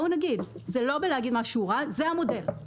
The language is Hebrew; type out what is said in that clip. זה לא להגיד משהו רע, אלא זה המודל.